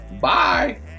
Bye